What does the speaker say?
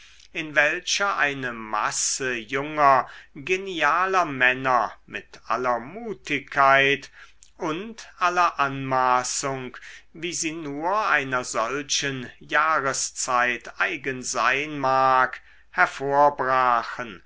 in welcher eine masse junger genialer männer mit aller mutigkeit und aller anmaßung wie sie nur einer solchen jahreszeit eigen sein mag